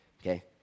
Okay